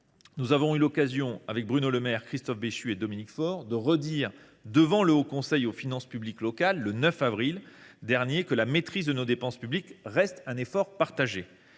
nous avons eu l’occasion, avec Bruno Le Maire, Christophe Béchu et Dominique Faure, d’affirmer une fois de plus devant le Haut Conseil des finances publiques locales (HCFPL), le 9 avril dernier, que la maîtrise de nos dépenses publiques restait un effort partagé.